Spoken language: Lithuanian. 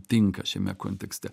tinka šiame kontekste